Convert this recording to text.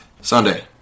Sunday